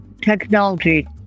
Technology